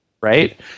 Right